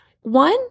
One